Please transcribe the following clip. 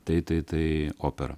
tai tai tai opera